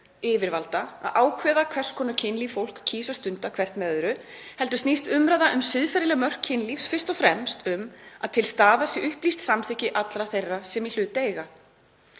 yfirvalda að ákveða hvers konar kynlíf fólk kjósi að stunda hvert með öðru, heldur snýst umræða um siðferðisleg mörk kynlífs fyrst og fremst um að til staðar sé upplýst samþykki allra sem í hlut eiga.